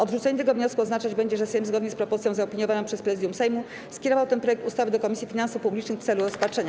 Odrzucenie tego wniosku oznaczać będzie, że Sejm zgodnie z propozycją zaooponowaną przez Prezydium Sejmu skierował ten projekt ustawy do Komisji Finansów Publicznych w celu rozpatrzenia.